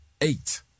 eight